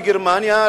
בגרמניה,